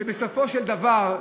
ובסופו של דבר,